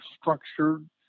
structured